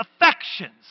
affections